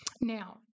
Now